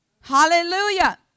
Hallelujah